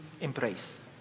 embrace